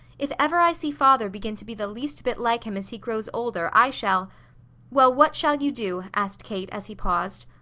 if ever i see father begin to be the least bit like him as he grows older i shall well, what shall you do? asked kate, as he paused.